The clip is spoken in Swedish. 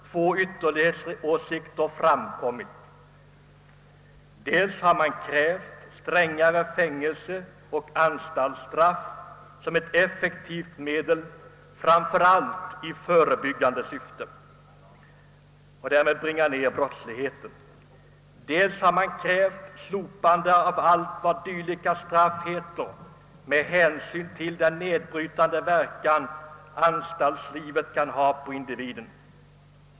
Två ytterlighetsåsikter har framkommit: dels har krävts strängare fängelse och anstaltsstraff som ett effektivt medel framför allt i förebyggande syfte när det gäller att bringa ned brottsligheten, dels har krävts slopande av allt vad dylika straff heter med hänsyn till den nedbrytande verkan anstaltslivet kan ha på individen.